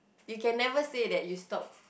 you can never say that you stop